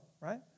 right